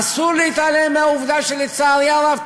אסור להתעלם מהעובדה שלצערי הרב,